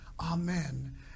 Amen